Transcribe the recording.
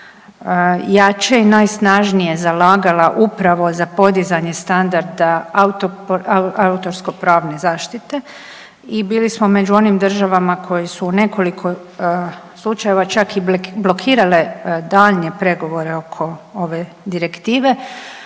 najjače i najsnažnije zalagala upravo za podizanje standarda autorskopravne zaštite. I bili smo među onim državama koji su u nekoliko slučajeva čak i blokirale daljnje pregovore oko ove direktive